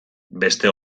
beste